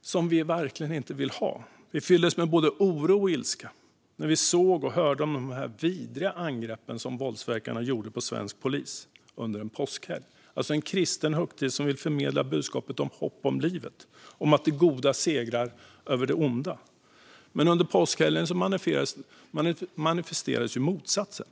som vi verkligen inte vill ha. Vi fylldes med både oro och ilska när vi såg och hörde om de här vidriga angreppen som våldsverkarna gjorde på svensk polis under en påskhelg, alltså en kristen högtid som vill förmedla budskapet om hopp om livet och om att det goda segrar över det onda. Men under påskhelgen manifesterades motsatsen.